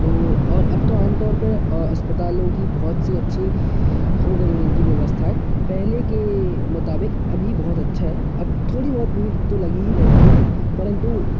तो और अब तो आमतौर पे अस्पतालों की बहुत सी अच्छी हो गई है इनकी व्यवस्थाएँ पहले के मुताबिक अभी बहुत अच्छा है अब थोड़ी बहुत भीड़ तो लगी ही रहती है परंतु